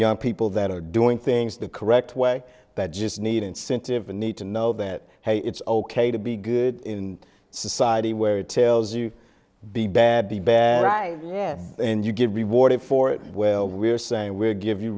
young people that are doing things the correct way that just need incentive and need to know that hey it's ok to be good in society where it tells you be bad be bad guy yeah and you get rewarded for it well we're saying we're give